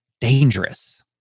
dangerous